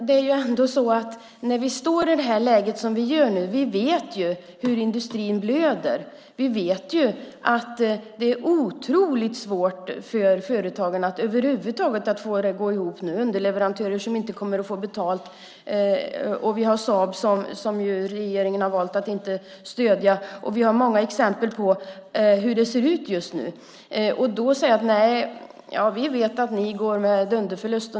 Herr talman! Men vi vet hur industrin blöder, vi vet att det är otroligt svårt för företagarna att över huvud taget få det att gå ihop. Underleverantörer kommer inte att få betalt, och Saab har regeringen valt att inte stödja. Vi har många exempel på hur det ser ut just nu. Då säger ni: Nej, vi vet att ni går med dunderförlust.